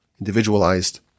individualized